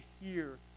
hear